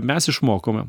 mes išmokome